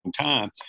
time